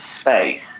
space